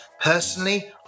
Personally